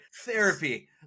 Therapy